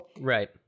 Right